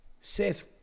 Seth